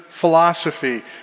philosophy